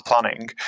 planning